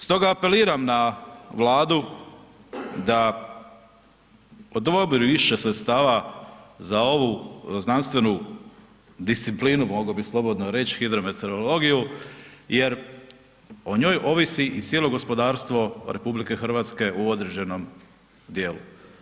Stoga apeliram na Vladu da odobri više sredstava za ovu znanstvenu disciplinu, mogao bih slobodno reć, hidrometeorologiju, jer o njoj ovisi cijelo gospodarstvo RH u određenom dijelu.